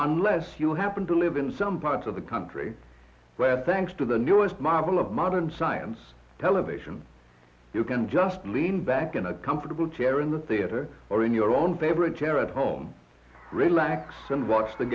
unless you happen to live in some parts of the country where thanks to the newest marvel of modern science television you can just lean back in a comfortable chair in the theater or in your own favorite chair at home relax and watch the